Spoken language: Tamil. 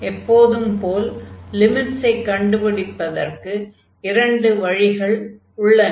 எப்போதும் போல் லிமிட்ஸை கண்டுபிடிப்பதற்கு இரண்டு வழிகள் உள்ளன